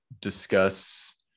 discuss